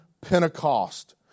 Pentecost